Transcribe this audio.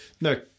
No